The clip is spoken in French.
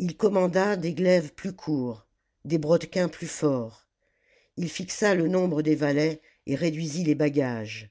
ii commanda des glaives plus courts des brodequins plus forts il fixa le nombre des valets et réduisit les bagages